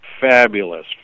Fabulous